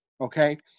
Okay